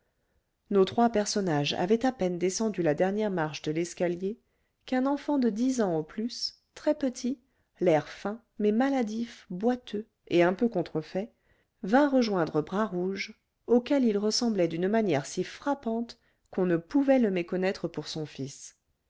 nos trois personnages avaient à peine descendu la dernière marche de l'escalier qu'un enfant de dix ans au plus très-petit l'air fin mais maladif boiteux et un peu contrefait vint rejoindre bras rouge auquel il ressemblait d'une manière si frappante qu'on ne pouvait le méconnaître pour son fils